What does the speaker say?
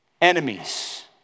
enemies